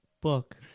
book